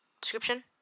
description